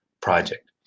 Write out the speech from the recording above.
project